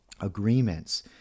agreements